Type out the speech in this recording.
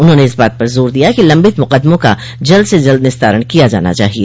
उन्होंने इस बात पर जोर दिया कि लम्बित मुकदमों का जल्द से जल्द निस्तारण किया जाना चाहिए